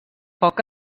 poc